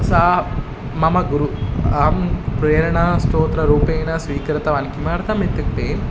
सा मम गुरुः अहं प्रेरणा स्त्रोतरूपेण स्वीकृतवान् किमर्थमित्युक्ते